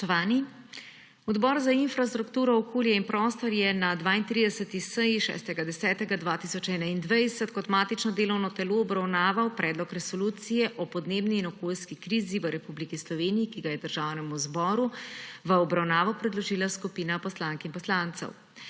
Spoštovani! Odbor za infrastrukturo, okolje in prostor je na 32. seji 6. oktobra 2021 kot matično delovno telo obravnaval Predlog resolucije o podnebni in okoljski krizi v Republiki Sloveniji, ki ga je Državnemu zboru v obravnavo predložila skupina poslank in poslancev.